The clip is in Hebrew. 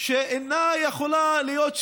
שאינה יכולה להיות שוויונית,